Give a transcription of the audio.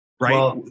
Right